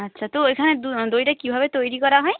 আচ্ছা তো এখানে দইটা কীভাবে তৈরি করা হয়